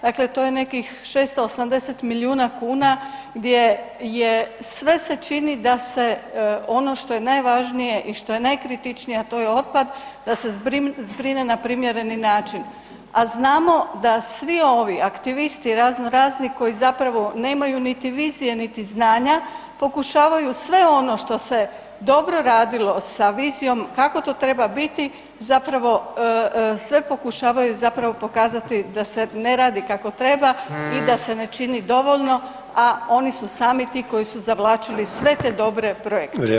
Dakle to je nekih 680 milijuna kuna gdje je sve se čini da se ono što je najvažnije i što je najkritičnije a to je otpad da se zbrine na primjereni način, a znamo da svi ovi aktivisti razno-razni koji zapravo nemaju niti vizije, niti znanja pokušavaju sve ono što se dobro radilo sa vizijom kako to treba biti zapravo sve pokušavaju zapravo pokazati da se ne radi kako treba i da se ne čini dovoljno, a oni su sami ti koji su zavlačili sve te dobre projekte.